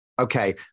Okay